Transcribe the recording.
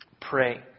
Pray